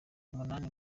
umunani